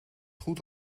goed